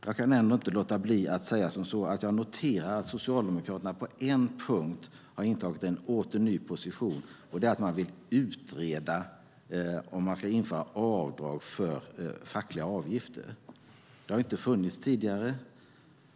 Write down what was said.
Jag kan ändå inte låta bli att säga att jag noterar att Socialdemokraterna på en punkt åter har intagit en ny position. Det är att man vill utreda om man ska införa avdrag för fackliga avgifter. Det har inte funnits tidigare.